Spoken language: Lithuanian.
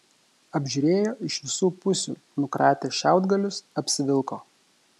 apžiūrėjo iš visų pusių nukratė šiaudgalius apsivilko